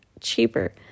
cheaper